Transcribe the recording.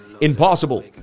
impossible